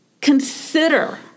consider